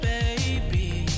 Baby